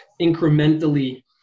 incrementally